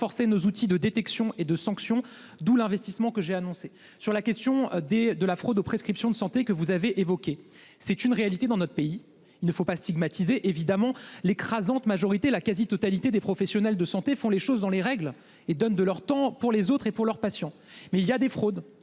renforcer nos outils de détection et de sanctions. D'où l'investissement que j'ai annoncé sur la question des de la fraude aux prescriptions de santé que vous avez. C'est une réalité dans notre pays. Il ne faut pas stigmatiser évidemment l'écrasante majorité la quasi-totalité des professionnels de santé font les choses dans les règles et donnent de leur temps pour les autres et pour leurs patients mais il y a des fraudes.